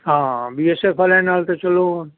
ਹਾਂ B S F ਵਾਲਿਆਂ ਨਾਲ ਤਾਂ ਚੱਲੋ